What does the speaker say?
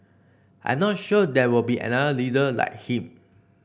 I'm not sure there will be another leader like him